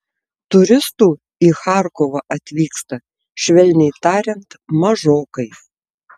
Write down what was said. turistų į charkovą atvyksta švelniai tariant mažokai